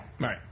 right